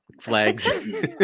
flags